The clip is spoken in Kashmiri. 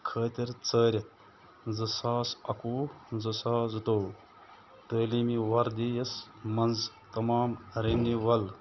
خٲطرٕ ژٲرِتھ زٕ ساس اکوُہ زٕ ساس زٕتوٚوُہ تعلیٖمی ؤرۍ یس منٛز تمام ریٚنِوَل